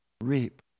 reap